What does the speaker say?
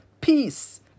peace